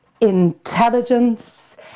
intelligence